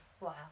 wow